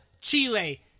Chile